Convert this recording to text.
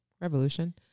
revolution